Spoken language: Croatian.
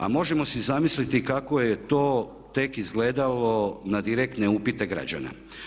A možemo si zamisliti kako je to tek izgledalo na direktne upite građana.